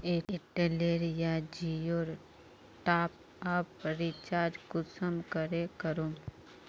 Airtel या जियोर top up recharge कुंसम करे करूम?